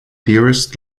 dearest